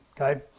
Okay